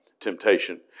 temptation